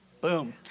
Boom